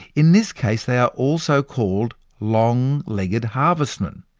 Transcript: in this case, they are also called long legged harvestmen.